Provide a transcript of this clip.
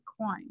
coin